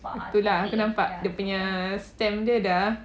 tu lah aku nampak dia punya stamp dia dah ah